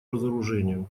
разоружению